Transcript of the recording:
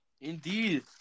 indeed